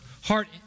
heart